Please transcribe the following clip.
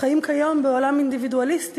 החיים כיום בעולם אינדיבידואליסטי,